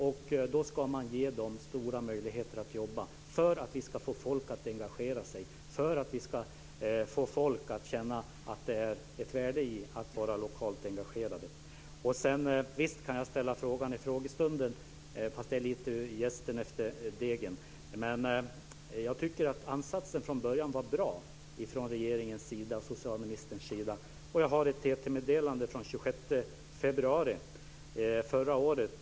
Därför ska man ge dem stora möjligheter att jobba för att vi ska få folk att engagera sig och för att vi ska få folk att känna att det ligger ett värde i att vara lokalt engagerad. Visst kan jag ställa frågan i frågestunden, fast det är lite som att kasta jästen efter degen. Men jag tycker att ansatsen från regeringens och socialministerns sida från början var bra. Jag har ett TT-meddelande från den 26 februari förra året kl.